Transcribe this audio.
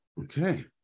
okay